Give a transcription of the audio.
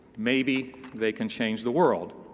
maybe they can change the world.